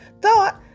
thought